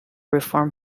reform